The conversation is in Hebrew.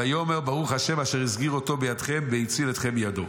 ויאמר: ברוך ה' אשר הסגיר אותו בידכם והציל אתכם מידו.